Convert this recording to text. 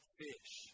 fish